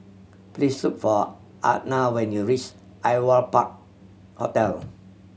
please look for Atha when you reach Aliwal Park Hotel